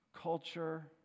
culture